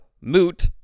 moot